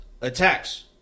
attacks